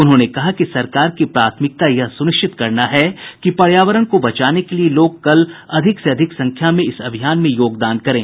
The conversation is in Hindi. उन्होंने कहा कि सरकार की प्राथमिकता यह सुनिश्चित करना है कि पर्यावरण को बचाने के लिए लोग कल ज्यादा से ज्यादा संख्या में इस अभियान में योगदान करें